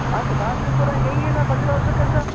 ہاں تو بادی پورہ یہیں ہے پندرہ سو کیسا